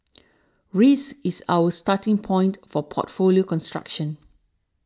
risk is our starting point for portfolio construction